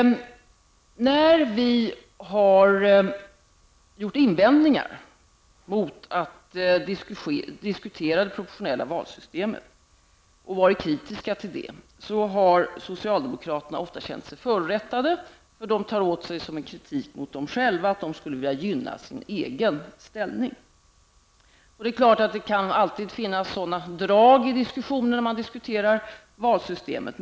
När vi har gjort invändningar mot att diskutera det proportionella valsystemet och varit kritiska i det sammanhanget, har socialdemokraterna ofta känt sig förorättade. De tar åt sig detta som en kritik mot dem själva, att de skulle vilja gynna sin egen ställning. Och det är klart att det alltid kan finnas sådana drag i diskussionen när man talar om valsystemet.